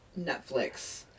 Netflix